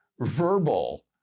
verbal